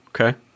Okay